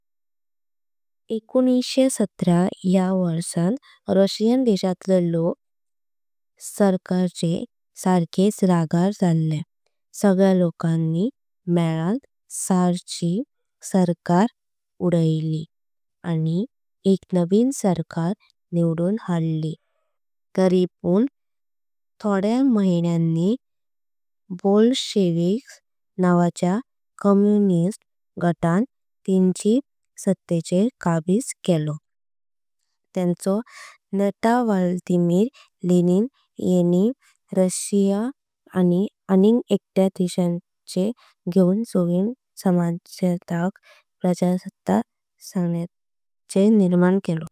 एकूनिसशे सत्तरा या वर्सा रशियन देशातले लोक आपल्या। सरकाराचेर सारखीच रागात जालीं सगळ्या लोकांनी मेलां। च्यार ची सरकार उदयलि आणि एक नवीन सरकार। निवडूनक हाळदी तारिपण थोड्या महिन्यानी बोल्शेविक। नावाच्या साम्यवादी गटान तेनची सत्तेचेर काबिज केलो त्यांचो। नेता व्लादिमीर लेनिन येंनि रशिया आणि आनींक। एकरा देशांक घेऊन सोवियत समाजवादाक। प्रजासत्ता संघ निर्माण केलो।